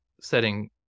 setting